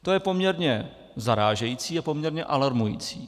To je poměrně zarážející a poměrně alarmující.